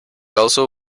also